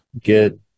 get